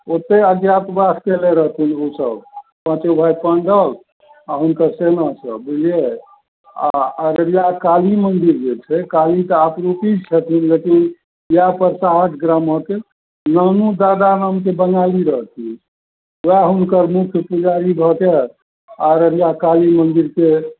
ओतए अज्ञातवास कएले रहथिन ओ सब पाँचो भाइ पाण्डव आओर हुनकर सेना सब बुझलिए आओर अररियाके काली मन्दिर जे छै काली तऽ आपरूपी छथिन लेकिन इएहपर सहज ग्रामके नानू दादा नामके बङ्गाली रहथिन वएह हुनकर मुख्य पुजारी भऽ के अररिया काली मन्दिरके